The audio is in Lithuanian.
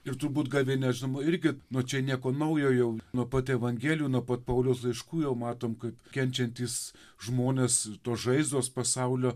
ir turbūt gavėnia žinoma irgi nu čia nieko naujo jau nuo pat evangelijų nuo pat pauliaus laiškų jau matom kad kenčiantys žmonės tos žaizdos pasaulio